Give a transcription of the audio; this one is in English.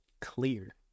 clear